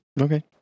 Okay